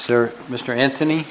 sir mr anthony